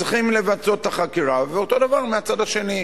צריכים למצות את החקירה, ואותו הדבר מהצד השני.